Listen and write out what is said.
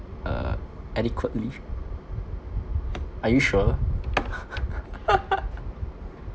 uh adequately are you sure